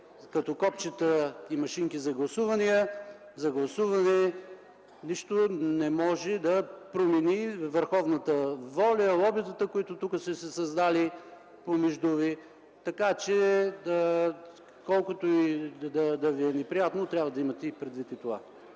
като копчета, като машинки за гласуване, но нищо не може да промени върховната воля, лобитата, които са се създали тук помежду Ви. Колкото и да Ви е неприятно, трябва да имате предвид и това.